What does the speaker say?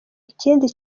ikindi